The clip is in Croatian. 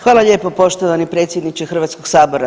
Hvala lijepo, poštovani predsjedniče Hrvatskog sabora.